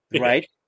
Right